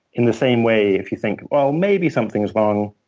in the same way, if you think, well, maybe something's wrong.